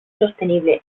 sostenible